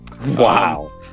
Wow